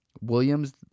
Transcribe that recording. Williams